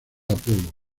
apolo